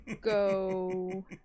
go